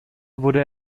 wurde